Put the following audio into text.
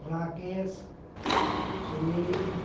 Rakesh Sunil